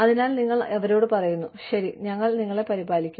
അതിനാൽ നിങ്ങൾ അവരോട് പറയുന്നു ശരി ഞങ്ങൾ നിങ്ങളെ പരിപാലിക്കും